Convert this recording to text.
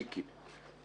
מיקי,